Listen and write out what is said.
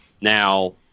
Now